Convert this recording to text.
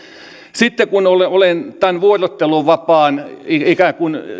sitten kun olen olen tämän vuorotteluvapaan ikään kuin